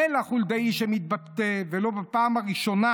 מילא חולדאי, שמתבטא, ולא בפעם הראשונה,